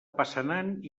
passanant